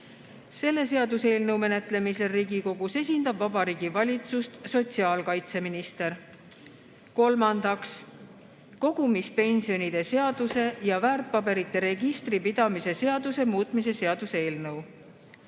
Selle seaduseelnõu menetlemisel Riigikogus esindab Vabariigi Valitsust sotsiaalkaitseminister. Kolmandaks, kogumispensionide seaduse ja väärtpaberite registri pidamise seaduse muutmise seaduse eelnõu.